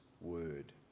word